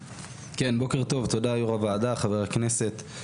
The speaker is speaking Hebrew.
כן, בוקר טוב, תודה יו"ר הוועדה, חברי הכנסת.